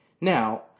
Now